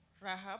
Rahab